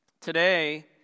Today